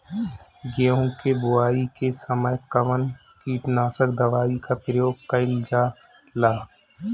गेहूं के बोआई के समय कवन किटनाशक दवाई का प्रयोग कइल जा ला?